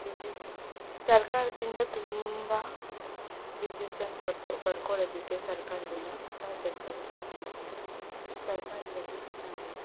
ವಿದ್ಯುತ್ ಸರ್ಕಾರದಿಂದ ತುಂಬ ವಿದ್ಯುತನ್ನು ಪಡ್ಕೋ ಪಡ್ಕೊಳ್ಳೊದಕ್ಕೆ ಸರ್ಕಾರದಿಂದ ಹೊಸಾ ಸರ್ಕಾರದಲ್ಲಿ ಬರ್ತದೆ ಸರ್ಕಾರದಲ್ಲಿ ನಾವು